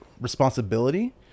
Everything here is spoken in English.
responsibility